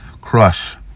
crush